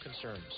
concerns